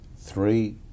three